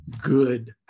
good